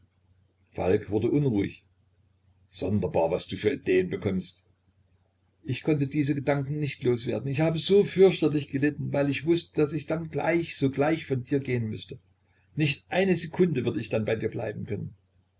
falk wurde unruhig sonderbar was du für ideen bekommst ich konnte diese gedanken nicht los werden ich habe so fürchterlich gelitten weil ich wußte daß ich dann gleich sogleich von dir gehen müßte nicht eine sekunde würd ich dann bei dir bleiben können